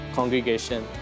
congregation